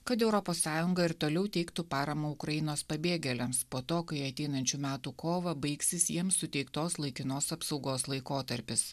kad europos sąjunga ir toliau teiktų paramą ukrainos pabėgėliams po to kai ateinančių metų kovą baigsis jiem suteiktos laikinos apsaugos laikotarpis